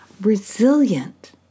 resilient